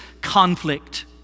conflict